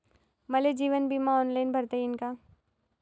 मले जीवन बिमा ऑनलाईन भरता येईन का?